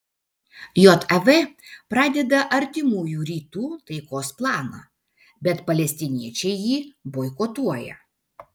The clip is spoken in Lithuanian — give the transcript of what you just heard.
jav pradeda artimųjų rytų taikos planą bet palestiniečiai jį boikotuoja